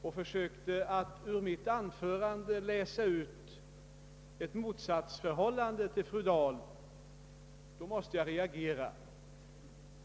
Han försökte då att ur mitt anförande läsa ut ett motsatsförhållande till fru Dahl. Då måste jag reagera.